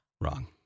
Wrong